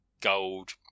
gold